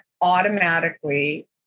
automatically